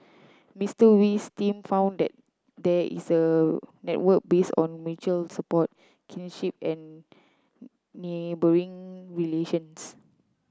Mister Wee's team found that there is a network base on mutual support kinship and neighbouring relations